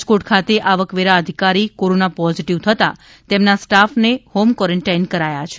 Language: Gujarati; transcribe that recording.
રાજકોટ ખાતે આવકવેરા અધિકારી કોરોના પોઝિટિવ થતાં તેમના સ્ટાફને હોમ ક્વોરેન્ટીન કરાયા છે